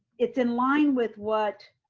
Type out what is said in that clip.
it's in line with what